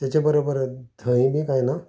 तेच्या बरोबरत धंय बी कांय ना